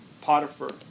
Potiphar